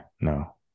no